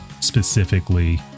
specifically